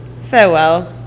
Farewell